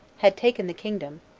had taken the kingdom,